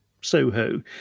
Soho